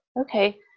Okay